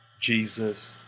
Jesus